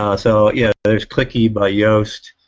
um so yeah there's clicky by yoast.